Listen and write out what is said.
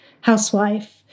housewife